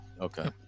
Okay